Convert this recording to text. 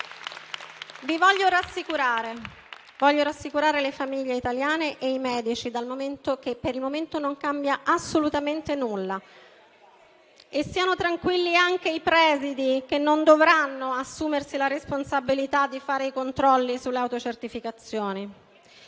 voglio rassicurare le famiglie italiane e i medici, dal momento che non cambia assolutamente nulla. E stiano tranquilli anche i presidi che non dovranno assumersi la responsabilità di fare controlli sulle autocertificazioni.